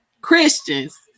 Christians